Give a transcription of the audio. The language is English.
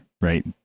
right